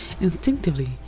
Instinctively